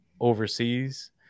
overseas